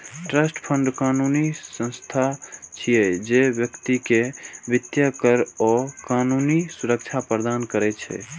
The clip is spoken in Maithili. ट्रस्ट फंड कानूनी संस्था छियै, जे व्यक्ति कें वित्तीय, कर आ कानूनी सुरक्षा प्रदान करै छै